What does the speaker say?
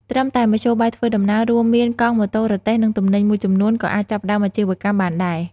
ត្រឹមតែមធ្យោបាយធ្វើដំណើរ រួមមាន កង់ ម៉ូតូ រទេះ និងទំនិញមួយចំនួន ក៏អាចចាប់ផ្តើមអាជីវកម្មបានដែរ។